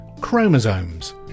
Chromosomes